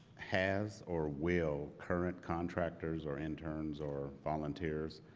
has or will current contractors or interns or volunteers?